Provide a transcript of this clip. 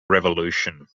revolution